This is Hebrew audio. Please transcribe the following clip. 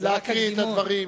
להקריא את הדברים.